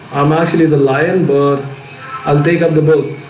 i'm actually the lion but i'll take up the bull